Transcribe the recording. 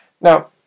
Now